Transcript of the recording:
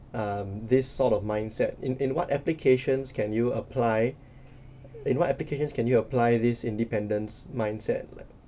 um this sort of mindset in in what applications can you apply in what applications can you apply this independence mindset